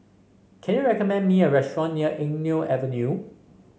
can you recommend me a restaurant near Eng Neo Avenue